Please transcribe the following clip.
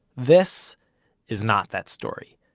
this is not that story.